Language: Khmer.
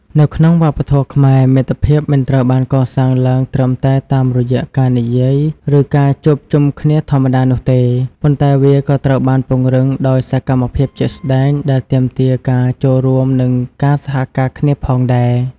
នៅក្នុងវប្បធម៌ខ្មែរ មិត្តភាពមិនត្រូវបានកសាងឡើងត្រឹមតែតាមរយៈការនិយាយឬការជួបជុំគ្នាធម្មតានោះទេ ប៉ុន្តែវាក៏ត្រូវបានពង្រឹងដោយសកម្មភាពជាក់ស្តែងដែលទាមទារការចូលរួមនិងការសហការគ្នាផងដែរ។